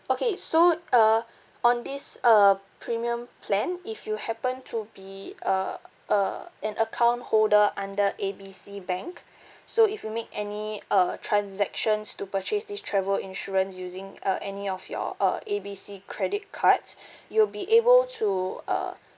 okay so uh on this uh premium plan if you happen to be uh uh an account holder under A B C bank so if you make any uh transactions to purchase this travel insurance using uh any of your uh A B C credit cards you'll be able to uh